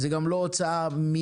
זה גם לא הוצאה מידית.